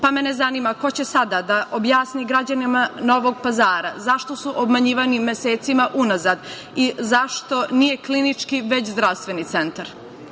Pa, mene zanima ko će sada da objasni građanima Novog Pazara zašto su obmanjivani mesecima unazad i zašto nije klinički već zdravstveni